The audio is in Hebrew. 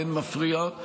באין מפריע.